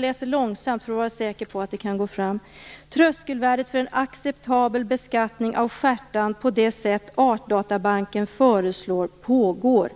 läsa långsamt för att vara säker på att det går fram: "Arbetet med att beräkna tröskelvärdet för en acceptabel beskattning av stjärtand på det sätt Artdatabanken föreslår pågår.